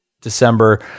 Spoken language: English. December